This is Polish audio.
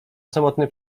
samotny